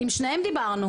עם שניהם דיברנו,